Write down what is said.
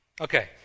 Okay